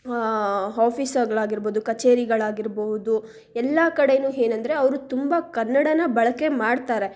ಆಫೀಸಲ್ಲಿ ಆಗಿರ್ಬೋದು ಕಚೇರಿಗಳಾಗಿರಬಹುದು ಎಲ್ಲ ಕಡೆಯೂ ಏನಂದ್ರೆ ಅವರು ತುಂಬ ಕನ್ನಡನ ಬಳಕೆ ಮಾಡ್ತಾರೆ